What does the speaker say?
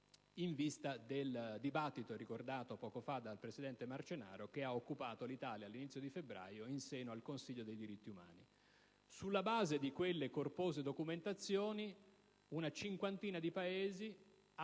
in vista del dibattito ricordato poco fa dal presidente Marcenaro, che ha occupato l'Italia all'inizio di febbraio in seno al Consiglio dei diritti umani. Sulla base di quelle corpose documentazioni, una cinquantina di Paesi hanno